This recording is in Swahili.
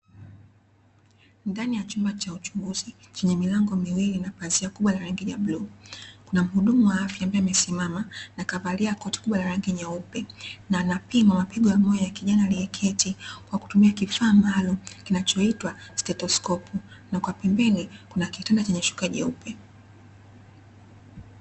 Ndani ya chumba cha uchunguzi, chenye milango miwili na pazia kubwa la rangi ya bluu. Kuna mhudumu wa afya ambaye amesimama, akavalia koti kubwa la rangi nyeupe, na anapima mapigo ya moyo ya kijana aliyeketi kwa kutumia kifaa maalumu kinachoitwa stetoskopu; na kwa pembeni kuna kitanda chenye shuka jeupe.